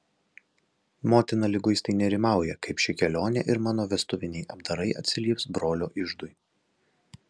motina liguistai nerimauja kaip ši kelionė ir mano vestuviniai apdarai atsilieps brolio iždui